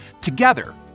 together